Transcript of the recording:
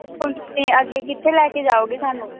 ਹੁਣ ਤੁਸੀਂ ਅੱਗੇ ਕਿੱਥੇ ਲੈ ਕੇ ਜਾਓਗੇ ਸਾਨੂੰ